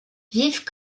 vivent